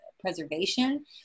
preservation